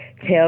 tell